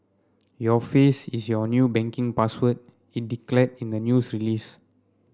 your face is your new banking password it declared in the news release